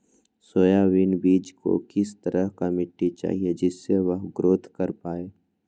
Soybean बीज को किस तरह का मिट्टी चाहिए जिससे वह ग्रोथ कर पाए?